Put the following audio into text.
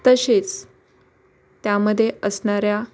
तसेच त्यामध्ये असणाऱ्या